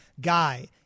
guy